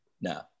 No